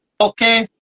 Okay